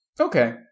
Okay